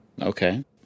Okay